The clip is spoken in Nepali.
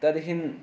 त्यहाँदेख